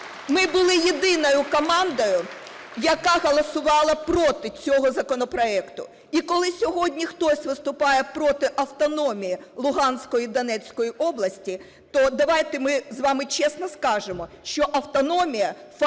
Ми були єдиною командою, яка голосувала проти цього законопроекту. І коли сьогодні хтось виступає проти автономії Луганської і Донецької області, то давайте ми з вами чесно скажемо, що автономія фактично